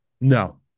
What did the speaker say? no